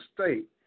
state